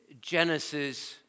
Genesis